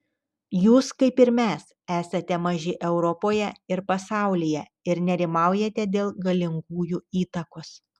jūs kaip ir mes esate maži europoje ir pasaulyje ir nerimaujate dėl galingųjų įtakos